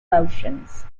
motions